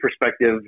perspective